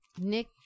nick